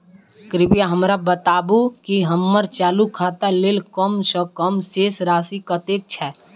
कृपया हमरा बताबू की हम्मर चालू खाता लेल कम सँ कम शेष राशि कतेक छै?